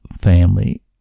family